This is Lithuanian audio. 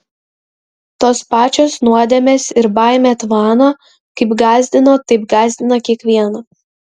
tos pačios nuodėmės ir baimė tvano kaip gąsdino taip gąsdina kiekvieną